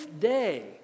day